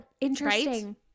interesting